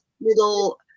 little